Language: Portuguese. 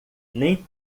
nem